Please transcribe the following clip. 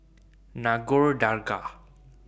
Nagore Dargah